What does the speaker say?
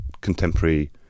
contemporary